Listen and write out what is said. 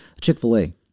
Chick-fil-A